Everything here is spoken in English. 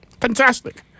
Fantastic